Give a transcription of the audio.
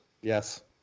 Yes